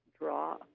draw